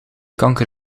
kanker